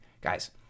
guys